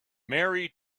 mary